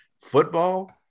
football